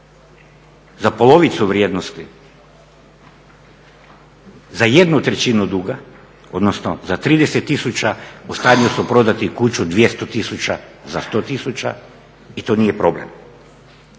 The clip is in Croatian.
za polovicu vrijednosti, za jednu trećinu duga, odnosno za 30 tisuća u stanju su prodati kuću, 200 tisuća za 100 tisuća i to nije problem.